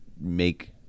make